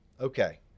okay